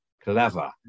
clever